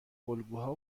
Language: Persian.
الگوها